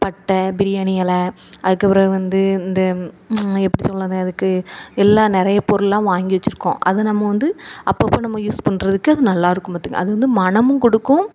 பட்டை பிரியாணி இல அதுக்குப்பிறகு வந்து இந்த எப்படி சொல்கிறது அதுக்கு எல்லாம் நிறைய பொருளெலாம் வாங்கி வச்சுருக்கோம் அது நம்ம வந்து அப்போப்போ நம்ம யூஸ் பண்ணுறதுக்கு அது நல்லா இருக்கும் பார்த்துக்கோங்க அது வந்து மணமும் கொடுக்கும்